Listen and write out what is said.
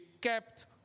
kept